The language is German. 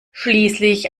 schließlich